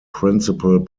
principal